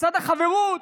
מצד החברות,